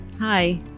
Hi